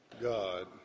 God